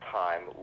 time